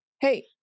hey